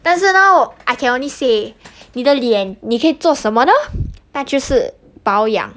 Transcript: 但是呢 I can only say 你的脸你可以做什么呢那就是保养